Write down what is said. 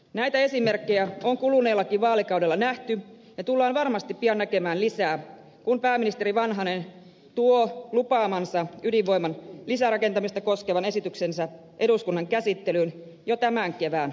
näitä esimerkkejä on kuluneellakin vaalikaudella nähty ja tullaan varmasti pian näkemään lisää kun pääministeri vanhanen tuo lupaamansa ydinvoiman lisärakentamista koskevan esityksen eduskunnan käsittelyyn jo tämän kevään aikana